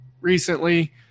recently –